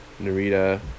Narita